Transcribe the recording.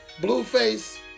Blueface